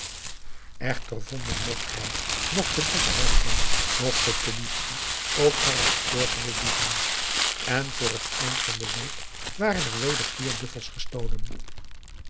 in de dessa dessa hoofdman noch de politie ook maar een spoor van de dieven en voor het eind van de week waren er weder vier buffels gestolen